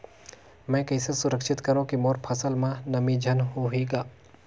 मैं कइसे सुरक्षित करो की मोर फसल म नमी झन होही ग?